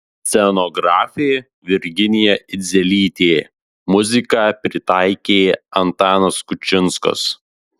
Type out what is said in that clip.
scenografė virginija idzelytė muziką pritaikė antanas kučinskas